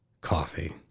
Coffee